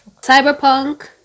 Cyberpunk